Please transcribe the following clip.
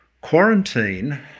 quarantine